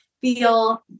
feel